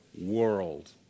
world